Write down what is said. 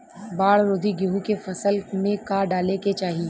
बाढ़ रोधी गेहूँ के फसल में का डाले के चाही?